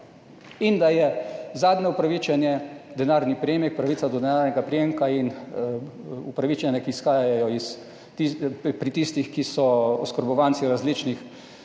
in da je zadnje upravičenje denarni prejemek, pravica do denarnega prejemka in upravičenja, ki izhajajo pri tistih, ki so oskrbovanci različnih